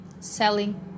selling